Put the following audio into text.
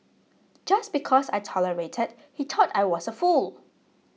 just because I tolerated he thought I was a fool